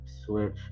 switch